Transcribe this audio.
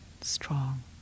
strong